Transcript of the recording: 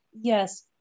Yes